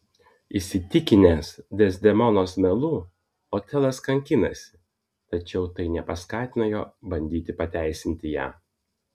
įsitikinęs dezdemonos melu otelas kankinasi tačiau tai nepaskatina jo bandyti pateisinti ją